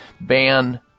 ban